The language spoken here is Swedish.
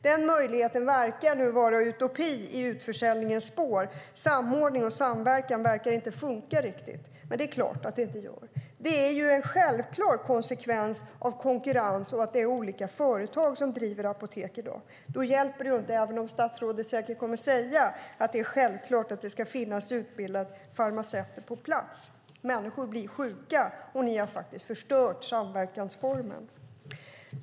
Den möjligheten verkar i utförsäljningens spår nu vara en utopi. Samordning och samverkan tycks inte riktigt fungera. Det är klart att det inte gör. Det är en självklar konsekvens av konkurrensen och av att det i dag är olika företag som driver apoteken. Då hjälper det inte att säga, även om statsrådet säkert kommer att göra det, att det ska finnas utbildade farmaceuter på plats. Människor blir sjuka och den borgerliga regeringen har förstört samverkansformen.